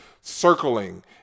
circling